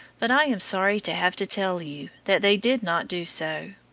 but i am sorry to have to tell you that they did not do so.